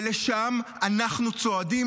ולשם אנחנו צועדים,